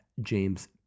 james